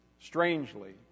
strangely